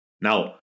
Now